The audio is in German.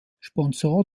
sponsor